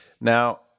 Now